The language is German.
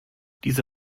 diese